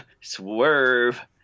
Swerve